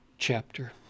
Chapter